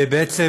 בעצם